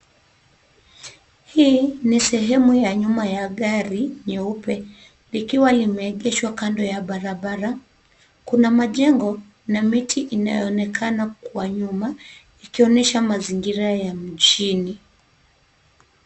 Hii ni sehemu ya nyuma ya gari nyeupe likiwa limegeeshwa kando ya barabara. Kuna majengo na miti inayoonekana kwa nyuma ikionyesha mazingira ya mjini.